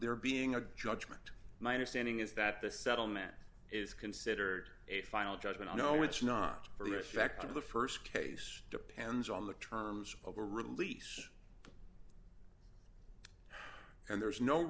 there being a judgment my understanding is that the settlement is considered a final judgment i know it's not for a fact of the st case depends on the terms of a release and there's no